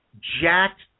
jacked